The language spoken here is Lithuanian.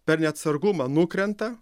per neatsargumą nukrenta